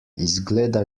izgleda